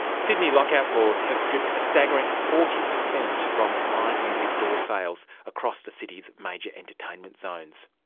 sydney lockout laws have stripped a staggering forty percent from live music door sales across the city's major entertainment zones.